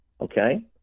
Okay